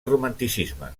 romanticisme